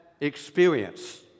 experience